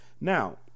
Now